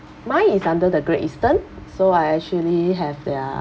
mine is under the great eastern so I actually have their